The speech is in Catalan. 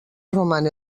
roman